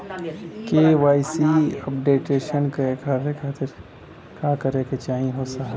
KYC updation करें खातिर message आवत ह का करे के होई साहब?